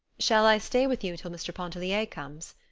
shall i stay with you till mr. pontellier comes?